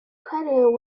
credited